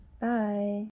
Bye